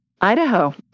Idaho